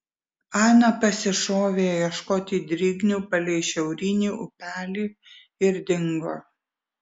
ana pasišovė ieškoti drignių palei šiaurinį upelį ir dingo